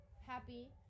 happy